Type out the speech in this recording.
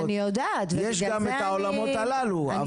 יש גם את העולמות הללו.